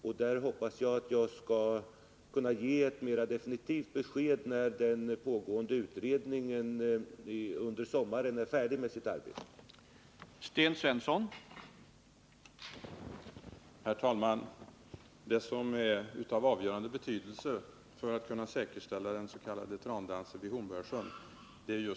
Jag hoppas att jag kan ge ett mera definitivt besked när den pågående utredningen blir färdig med sitt arbete i sommar.